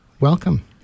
welcome